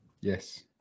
Yes